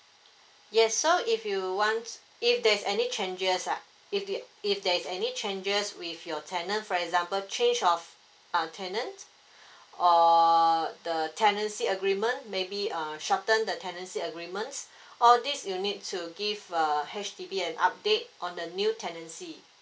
yes so if you want if there is any changes like if it if there is any changes with your tenant for example change of ah tenant or the tenancy agreement maybe uh shorten the tenancy agreement all these you need to give uh H_D_B an update on the new tendency